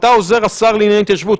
אתה עוזר השר לענייני ההתיישבות.